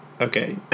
Okay